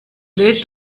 late